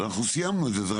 אנחנו סיימנו עם זה.